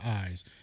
eyes